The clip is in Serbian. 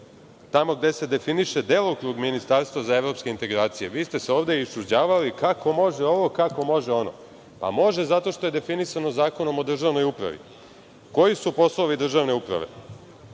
tamo gde se definiše delokrug ministarstva za evropske integracije, vi ste se ovde iščuđavali kako može ovo, kako može ono. Pa može, zato što je definisano Zakonom o državnoj upravi. Koji su poslovi državne uprave?